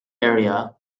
area